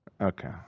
Okay